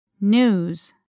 News